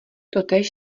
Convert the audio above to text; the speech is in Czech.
totéž